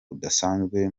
kudasanzwe